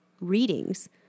readings